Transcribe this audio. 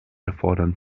erfordern